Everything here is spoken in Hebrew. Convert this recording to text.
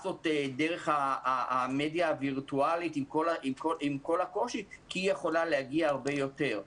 מסות דרך המדיה הווירטואלית עם כל הקושי כי יכולה להגיע להרבה יותר.